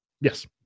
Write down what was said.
Yes